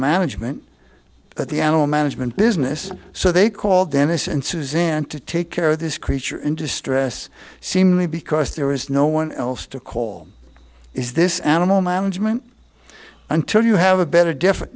management but the animal management business so they call dennis and suzanne to take care of this creature in distress seemingly because there is no one else to call is this animal management until you have a better different